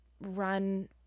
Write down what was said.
run